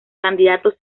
candidatos